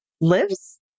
lives